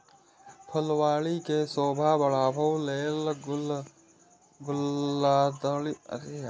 फुलबाड़ी के शोभा बढ़ाबै लेल गुलदाउदी के लगायल जाइ छै, जे बड़ सुंदर होइ छै